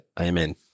amen